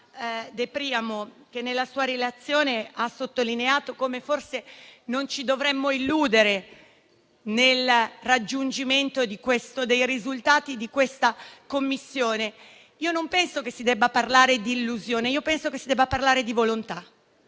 De Priamo, che nella sua relazione ha sottolineato come forse non ci dovremmo illudere rispetto al raggiungimento dei risultati di questa Commissione. Io non penso che si debba parlare di illusione, ma di volontà.